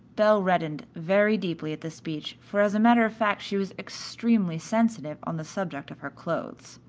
belle reddened very deeply at this speech, for as a matter of fact she was extremely sensitive on the subject of her clothes.